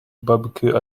barbecue